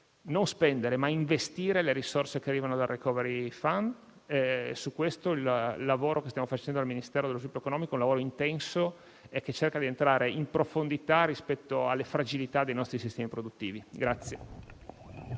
come spendere, ma a come investire le risorse che arrivano dal *recovery fund*. Al riguardo il lavoro che stiamo svolgendo al Ministero dello sviluppo economico è un lavoro intenso, che cerca di entrare in profondità rispetto alle fragilità dei nostri sistemi produttivi.